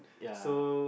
ya